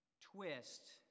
twist